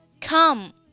come